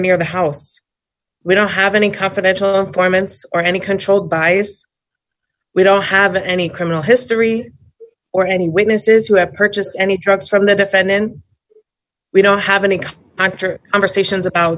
near the house we don't have any confidential informants or any controlled by we don't have any criminal history or any witnesses who have purchased any drugs from the defendant we don't have any a